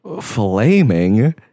flaming